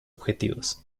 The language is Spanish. objetivos